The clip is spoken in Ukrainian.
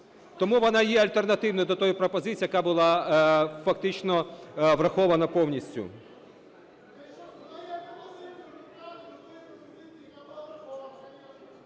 тому вона є альтернативною до тої пропозиції, яка була фактично врахована повністю.